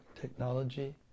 technology